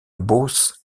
beauce